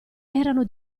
erano